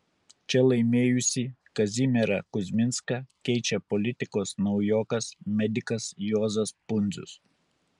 čia laimėjusį kazimierą kuzminską keičia politikos naujokas medikas juozas pundzius